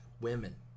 women